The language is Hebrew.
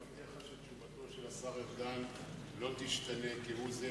אני מבטיח לך שתשובתו של השר ארדן לא תשתנה כהוא-זה,